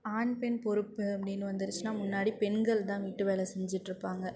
ஆண் பெண் பொறுப்பு அப்படின்னு வந்திருச்சுனால் முன்னாடி பெண்கள்தான் வீட்டு வேலை செஞ்சுட்ருப்பாங்க